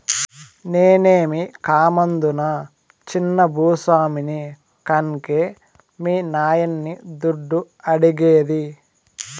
నేనేమీ కామందునా చిన్న భూ స్వామిని కన్కే మీ నాయన్ని దుడ్డు అడిగేది